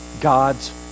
God's